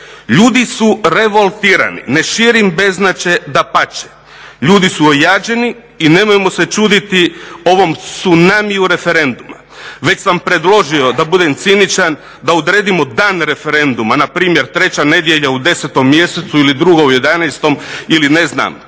Ljudi su revoltirani, ne širim beznađe, dapače. Ljudi su ojađeni i nemojmo se čuditi ovom tsunamiju referenduma. Već sam predložio, da budem ciničan, da odredimo dan referenduma, npr. treća nedjelja u 10. mjesecu ili druga u 11. ili četvrta